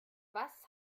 was